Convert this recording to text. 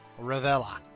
Ravella